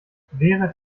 wehret